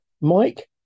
Mike